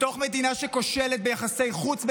בתוך מדינה שכושלת ביחסי חוץ,